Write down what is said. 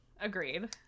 Agreed